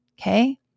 Okay